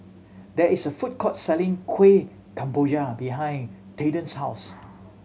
there is a food court selling Kuih Kemboja behind Tilden's house